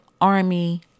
Army